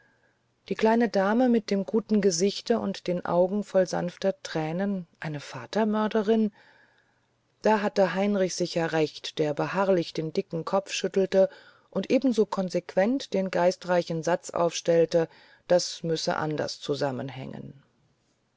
die kleine dame mit dem guten gesichte und den augen voll sanfter thränen eine vatermörderin da hatte heinrich sicher recht wenn er beharrlich den dicken kopf schüttelte und ebenso konsequent den geistreichen satz aufstellte das müsse anders zusammenhängen